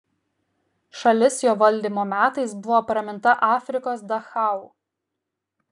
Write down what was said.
šalis jo valdymo metais buvo praminta afrikos dachau